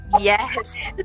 Yes